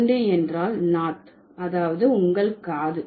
12 என்றால் நாத் அதாவது உங்கள் காது